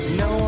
no